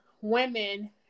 women